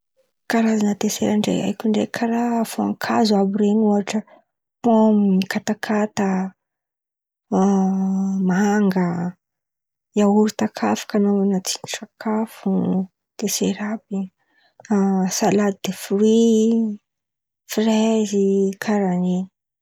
Karazan̈a desera ndraha haiko zen̈y ndraiky karà voankazo àby ren̈y ôhatra: pomy, katakata, manga, iaorita kà an̈anaovana tsindry sakafo, salady defri, frezy karà in̈y.